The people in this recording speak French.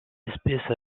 espèce